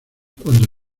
cuando